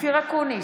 אופיר אקוניס,